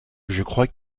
crois